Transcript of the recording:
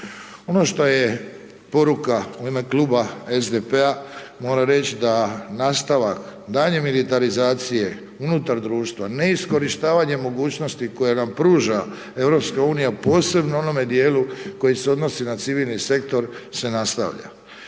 Ono što je poruka u ime kluba SDP-a, moram reći da nastavak daljnje militarizacije unutar društva, neiskorištavanje mogućnosti koje nam pruža EU posebno u onome djelu koji se odnosi na civilni sektor se na nastavlja.